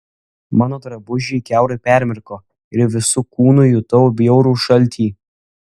mano drabužiai kiaurai permirko ir visu kūnu jutau bjaurų šaltį